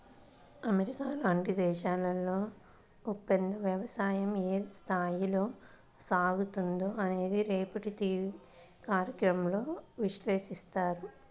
America లాంటి దేశాల్లో ఒప్పందవ్యవసాయం ఏ స్థాయిలో సాగుతుందో అన్నది రేపటి టీవీ కార్యక్రమంలో విశ్లేషిస్తారు